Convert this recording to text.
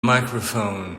microphone